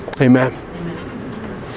Amen